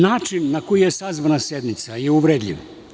Način na koji je sazvana sednica je uvredljiv.